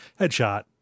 headshot